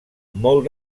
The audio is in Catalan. molt